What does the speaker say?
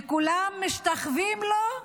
וכולם משתחווים לו: